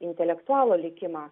intelektualo likimą